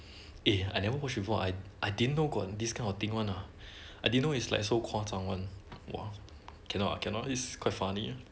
eh I never watch before I I didn't know got this kind of thing one lah I didn't know it's like so 夸张 one !wah! cannot cannot it's quite funny